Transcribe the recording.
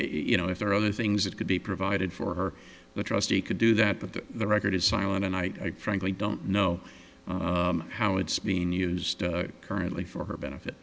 you know if there are other things that could be provided for her the trustee could do that but that the record is silent and i frankly don't know how it's being used currently for her benefit